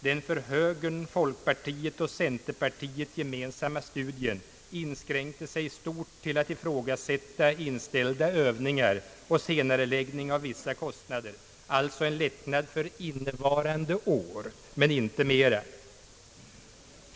Den för högern, folkpartiet och centerpartiet gemensamma studien inskränker sig i stort till att ifrågasätta inställda övningar och senareläggning av vissa kostnader, alltså en lättnad för innevarande år, men inte mera.